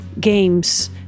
games